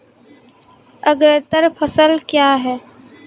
अग्रतर फसल क्या हैं?